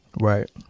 right